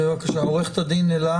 כן, בבקשה, עוה"ד אלה